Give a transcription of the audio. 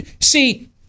See